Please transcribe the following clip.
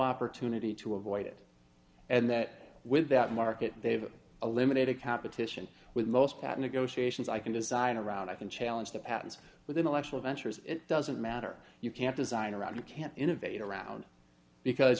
opportunity to avoid it and that with that market they've eliminated competition with most that negotiations i can design around i can challenge the patents with intellectual ventures it doesn't matter you can't design around you can't innovate around because